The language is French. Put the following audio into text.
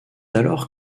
alors